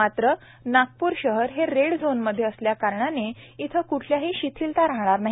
मात्र नागपूर शहर हे रेड झोन मध्ये असल्याकारणाने येथे क्ठलही शिथिलता राहणार नाही